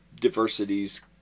diversities